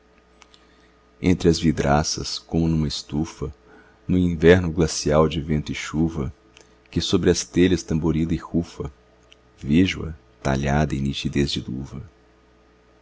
entre as vidraças como numa estufano inverno glacial de vento e chuva que sobre as telhas tamborila e rufa vejo a talhada em nitidez de luva